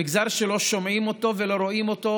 המגזר שלא שומעים אותו ולא רואים אותו